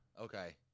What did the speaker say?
okay